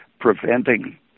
preventing